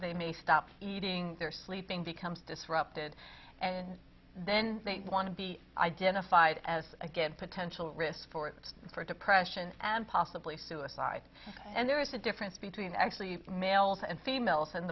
they may stop eating their sleeping becomes disrupted and then they want to be identified as a good potential risk for it for depression and possibly suicide and there is a difference between actually males and females and